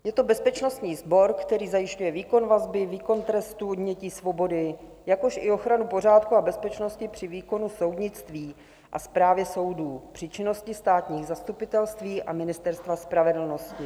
Je to bezpečnostní sbor, který zajišťuje výkon vazby, výkon trestu odnětí svobody, jakož i ochranu pořádku a bezpečnosti při výkonu soudnictví a správy soudů, při činnosti státních zastupitelství a Ministerstva spravedlnosti.